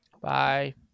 bye